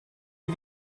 die